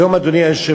היום, אדוני היושב-ראש,